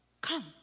Come